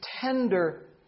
tender